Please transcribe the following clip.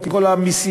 עם כל המסים,